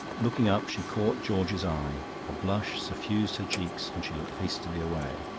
looking up, she caught george's eye a blush suffused her cheeks and she looked hastily away.